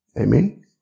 Amen